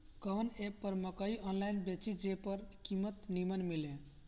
कवन एप पर मकई आनलाइन बेची जे पर कीमत नीमन मिले?